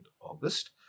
august